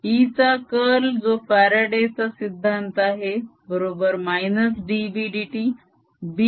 E चा curl जो Faraday Faraday's law चा सिद्धांत आहे बरोबर -dBdt